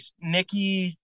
Nikki